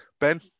Ben